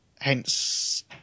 Hence